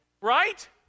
Right